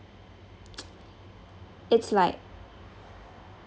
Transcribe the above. it's like